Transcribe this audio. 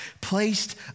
placed